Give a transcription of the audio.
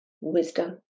wisdom